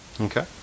okay